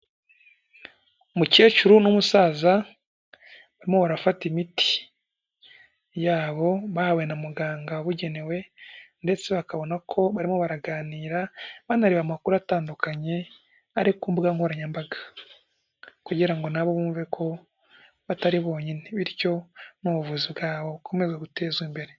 Umukecuru n'umusaza barimo barafata imiti yabo bahawe na muganga wabugenewe ndetse bakabona ko barimo baraganira banareba amakuru atandukanye ari ku mbuga nkoranyambaga kugira ngo na bo bumve ko batari bonyine bityo mn'ubuvuzi bwabo bukomeza gutezwa imbere.